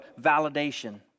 validation